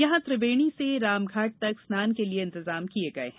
यहां त्रिवेणी से रामघाट तक स्नान के लिए इंतजाम किये गये हैं